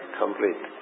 complete